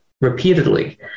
repeatedly